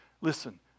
Listen